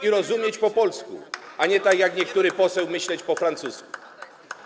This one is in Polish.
i rozumieć po polsku, a nie, tak jak co poniektóry poseł, myśleć po francusku.